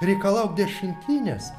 reikalauk dešimtinės